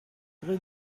rue